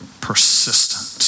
persistent